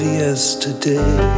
yesterday